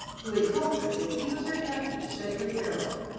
who had told her that he was her nephew cedric errol,